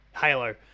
Halo